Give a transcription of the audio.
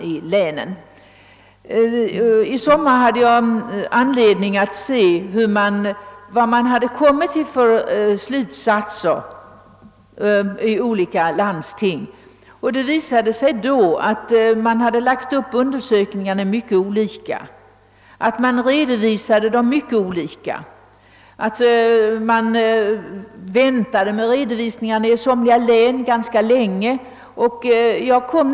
I somras hade jag anledning att undersöka vad man i olika landsting hade kommit till för slutsatser. Det visade sig att de hade lagt upp undersökningarna mycket olika, att de redovisade resultaten på mycket olika sätt och att somliga landsting väntade ganska länge med redovisningarna.